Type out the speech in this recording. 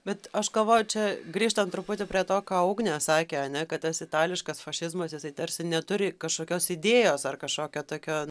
bet aš galvoju čia grįžtant truputį prie to ką ugnė sakė ane kad tas itališkas fašizmas jisai tarsi neturi kažkokios idėjos ar kažkokio tokio